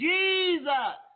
Jesus